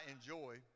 enjoy